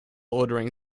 ordering